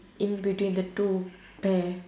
in between the two pear